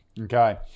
Okay